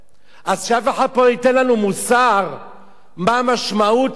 אז שאף אחד פה לא ייתן לנו מוסר מה המשמעות והרגישות